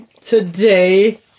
Today